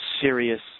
serious